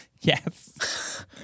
Yes